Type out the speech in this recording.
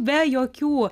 be jokių